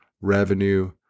revenue